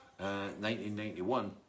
1991